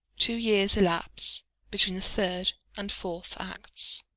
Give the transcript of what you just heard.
two years elapse between the third and fourth acts.